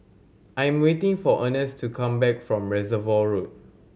I'm waiting for Ernest to come back from Reservoir Road